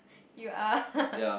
you are